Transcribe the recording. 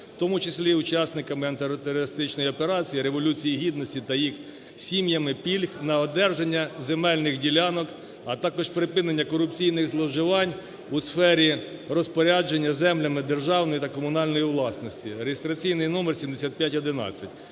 в тому числі учасниками антитерористичної операції, Революції Гідності та їх сім'ями пільг на одержання земельних ділянок, а також припинення корупційних зловживань у сфері розпорядження землями державної та комунальної власності (реєстраційний номер 7511).